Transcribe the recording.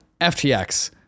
FTX